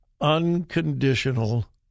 Unconditional